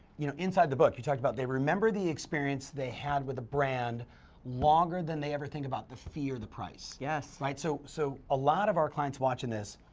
you know inside the book you talked about they remember the experience they had with a brand longer than they ever think about the fee or the price. yes. right so, so a lot of our clients watching this,